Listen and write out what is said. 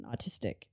autistic